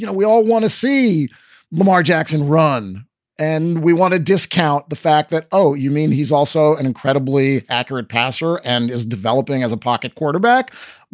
you know we all want to see lamar jackson run and we want to discount the fact that, oh, you mean he's also an incredibly accurate passer and is developing as a pocket quarterback?